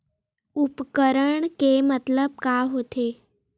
उपकरण के मतलब का होथे?